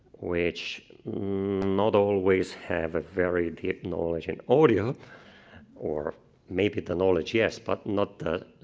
which not always have a very deep knowledge in audio or maybe the knowledge, yes, but not the